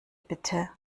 bitte